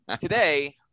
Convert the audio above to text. Today